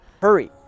Hurry